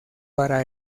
para